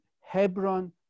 Hebron